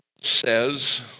Says